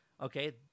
okay